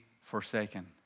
forsaken